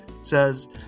says